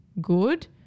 good